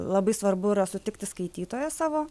labai svarbu yra sutikti skaitytoją savo